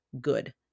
good